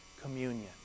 communion